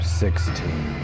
sixteen